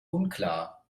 unklar